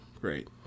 great